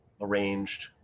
Arranged